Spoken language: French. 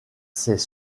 ces